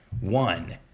one